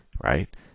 right